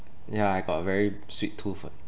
yeah I got a very sweet tooth ah